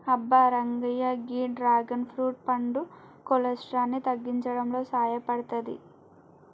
అబ్బ రంగయ్య గీ dragon fruit పండు కొలెస్ట్రాల్ ని తగ్గించడంలో సాయపడతాది